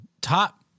top